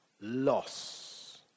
loss